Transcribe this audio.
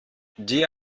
die